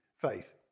faith